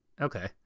Okay